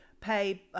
pay